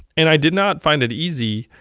and i did not find it easy,